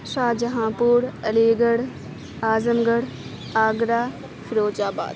شاہ جہاں پور Aligarh Azamgarh Agra Feroz آباد